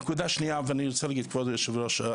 נקודה שנייה, ואני רוצה לפנות ליושב הראש,